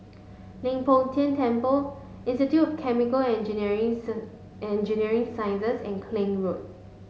Leng Poh Tian Temple Institute of Chemical and Engineering Engineering Sciences and Klang Road